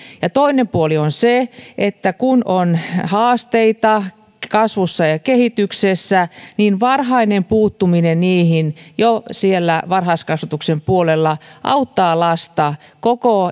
toinen puoli on se että kun on haasteita kasvussa ja kehityksessä niin varhainen puuttuminen niihin jo siellä varhaiskasvatuksen puolella auttaa lasta koko